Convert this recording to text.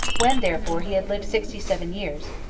when therefore he had lived sixty-seven years,